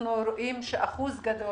אנחנו רואים שאחוז גדול